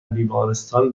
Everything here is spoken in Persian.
بیمارستان